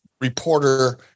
reporter